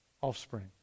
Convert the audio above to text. Offspring